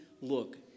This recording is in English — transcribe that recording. look